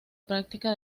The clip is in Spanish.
práctica